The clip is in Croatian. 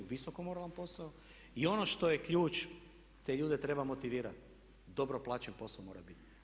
Visoko moralan posao i ono što je ključ te ljude treba motivirat, dobro plaćen posao mora bit.